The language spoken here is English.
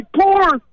poor